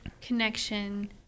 connection—